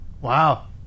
Wow